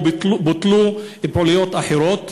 או בוטלו פעילויות אחרות